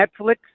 Netflix